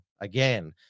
again